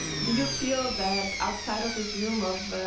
do you feel that outside of this room of